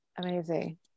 Amazing